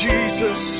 Jesus